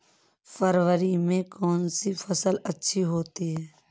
फरवरी में कौन सी फ़सल अच्छी होती है?